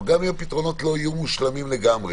וגם אם הפתרונות לא יהיו מושלמים לגמרי,